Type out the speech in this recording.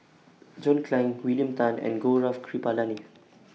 John Clang William Tan and Gaurav Kripalani